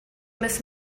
miss